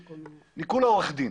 אני כולה עורך דין,